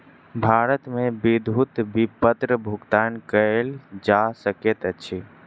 भारत मे विद्युत विपत्र भुगतान कयल जा सकैत अछि